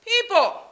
people